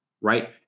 Right